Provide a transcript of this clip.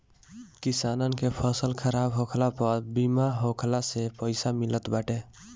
किसानन के फसल खराब होखला पअ बीमा होखला से पईसा मिलत बाटे